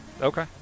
Okay